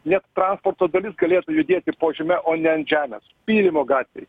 net transporto dalis galėtų judėti po žeme o ne ant žemės pylimo gatvėj